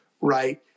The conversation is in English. right